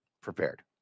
prepared